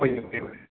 ꯑꯣꯏꯔꯦ ꯑꯣꯏꯔꯦ